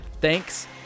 Thanks